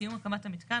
מסיום הקמת המיתקן,